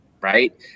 right